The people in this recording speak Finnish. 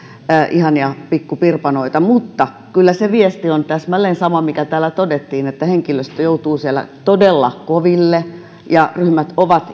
ihania pikkupirpanoita mutta kyllä se viesti on täsmälleen sama mikä täällä todettiin henkilöstö joutuu siellä todella koville ja ryhmät ovat